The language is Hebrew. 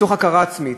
מתוך הכרה עצמית,